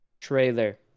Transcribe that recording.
trailer